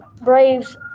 Braves